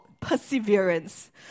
perseverance